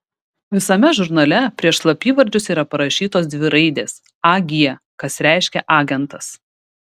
visame žurnale prieš slapyvardžius yra parašytos dvi raidės ag kas reiškia agentas